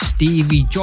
Stevie